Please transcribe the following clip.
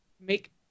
make